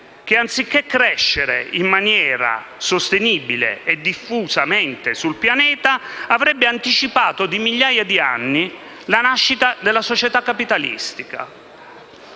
che, anziché crescere in maniera sostenibile e diffusamente sul pianeta, avrebbe anticipato di migliaia di anni la nascita della società capitalistica.